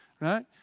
Right